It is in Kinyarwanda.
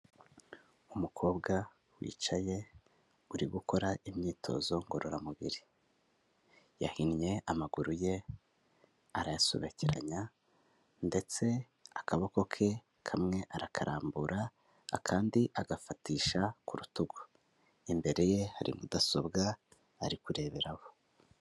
Umukobwa wicaye uri gukora imyitozo ngororamubiri, yahinnye amaguru ye arayasobekeranya ndetse akaboko ke kamwe arakarambura akandi agafatisha ku rutugu, imbere ye hari mudasobwa ari kureberaho.